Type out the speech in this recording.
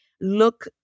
look